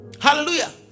hallelujah